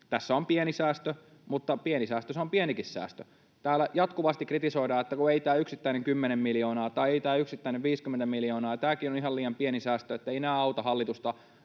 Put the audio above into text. Tässä on pieni säästö, mutta säästö se on pienikin säästö. Täällä jatkuvasti kritisoidaan, että ei tämä yksittäinen 10 miljoonaa tai ei tämä yksittäinen 50 miljoonaa auta ja tämäkin on ihan liian pieni säästö, että eivät nämä auta hallitusta